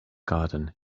garden